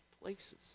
places